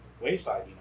wayside